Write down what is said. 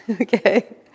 Okay